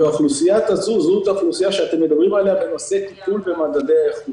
זו האוכלוסייה שאתם מדברים עליה בנושא טיפול בממדי האיכות.